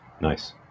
nice